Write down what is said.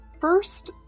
first